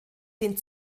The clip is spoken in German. den